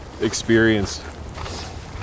experience